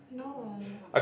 no